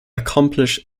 accomplish